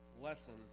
lesson